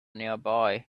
nearby